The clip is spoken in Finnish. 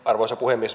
arvoisa puhemies